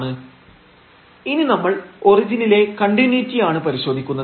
fxlim┬Δx→0 fΔx 0 f00Δx ഇനി നമ്മൾ ഒറിജിനിലെ കണ്ടിന്യൂയിറ്റി ആണ് പരിശോധിക്കുന്നത്